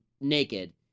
naked